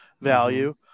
value